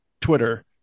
Twitter